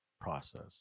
process